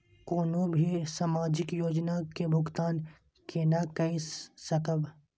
कोनो भी सामाजिक योजना के भुगतान केना कई सकब?